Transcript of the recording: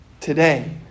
today